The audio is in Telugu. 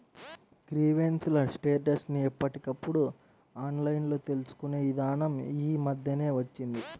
గ్రీవెన్స్ ల స్టేటస్ ని ఎప్పటికప్పుడు ఆన్లైన్ తెలుసుకునే ఇదానం యీ మద్దెనే వచ్చింది